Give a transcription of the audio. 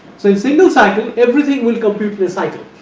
so single cycle everything will compute the the cycle